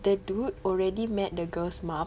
the dude already met the girl's mum